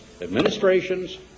administrations